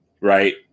right